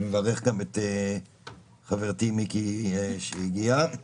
אני מברך גם את חברתי מיקי חיימוביץ שהגיעה לכאן.